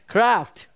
Craft